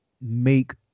make